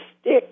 stick